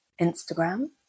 instagram